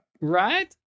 Right